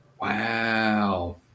Wow